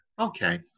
Okay